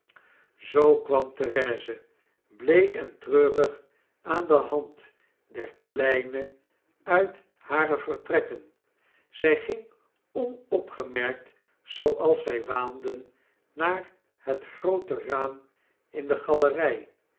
zoo kwam therese bleek en treurig aan de hand der kleine uit hare vertrekken zij gingen onopgemerkt zooals zy waanden naar het groote raam in de falerij